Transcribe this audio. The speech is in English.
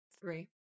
three